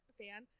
fan